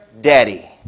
daddy